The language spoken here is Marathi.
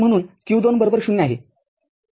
तर म्हणून q २ ० आहे